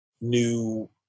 new